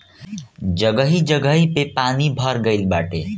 जगही जगही पे पानी भर गइल बाटे